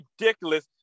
ridiculous